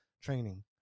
training